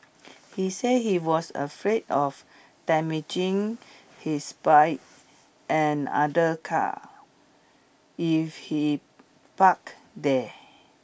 he said he was afraid of damaging his bike and other cars if he parked there